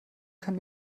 kann